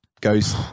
goes